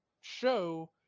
show